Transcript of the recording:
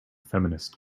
feminist